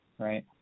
Right